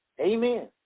Amen